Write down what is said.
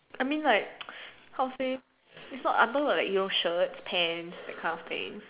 I mean like how say it's not like under your shirt pants that kind of thing